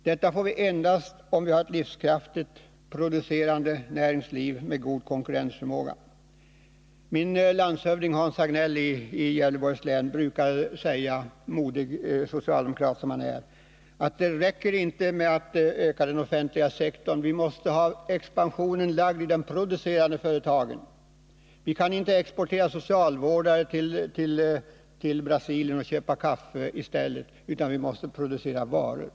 Detta får vi endast om vi har ett livskraftigt näringsliv med god produktionsoch konkurrensförmåga. Min landshövding, Hans Hagnell i Gävleborgs län, brukar säga — modig socialdemokrat som han är — att det inte räcker med att öka den offentliga sektorn, utan att expansionen måste läggas i de producerande företagen. Vi kan ju inte exportera socialvårdare till Brasilien och köpa kaffe därifrån i stället, utan vi måste producera varor.